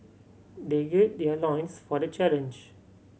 they gird their loins for the challenge